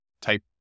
type